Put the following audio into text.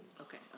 Okay